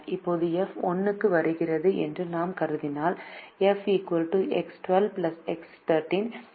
இப்போது f 1 க்கு வருகிறது என்று நாம் கருதினால் f X12 X13